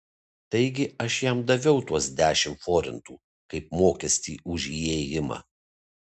taigi aš jam daviau tuos dešimt forintų kaip mokestį už įėjimą